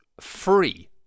free